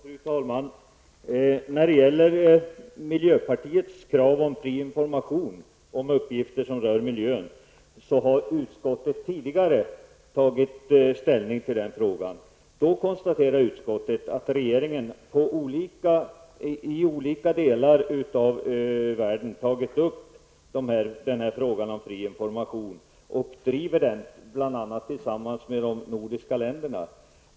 Fru talman! När det gäller miljöpartiets krav på fri information om uppgifter som rör miljön har utskottet tidigare tagit ställning till den frågan. Då konstaterade utskottet att regeringen i olika delar av världen tagit upp frågan om fri information och driver den, bl.a. tillsammans med de övriga nordiska länderna.